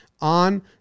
on